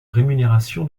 rémunération